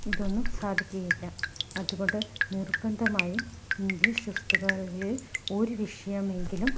ഇതൊന്നും സാധിക്കുകയില്ല അതുകൊണ്ട് നിർബന്ധമായും ഇംഗ്ലീഷ് പുസ്തകങ്ങളിൽ ഒരു വിഷയമെങ്കിലും